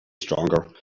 stronger